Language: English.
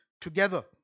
together